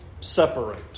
separate